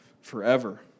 forever